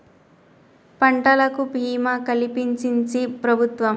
పంటలకు భీమా కలిపించించి ప్రభుత్వం